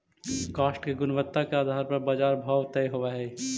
काष्ठ के गुणवत्ता के आधार पर बाजार भाव तय होवऽ हई